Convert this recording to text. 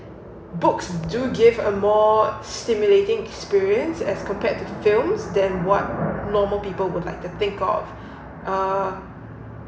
books do give a more stimulating experience as compared to the film's than what normal people would like to think of uh